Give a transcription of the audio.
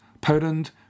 Poland